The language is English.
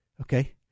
Okay